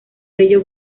ello